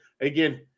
again